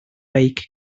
beic